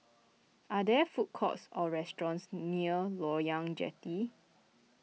are there food courts or restaurants near Loyang Jetty